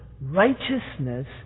righteousness